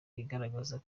igaragaza